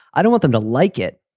i don't want them to like it.